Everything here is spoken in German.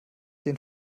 den